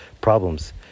problems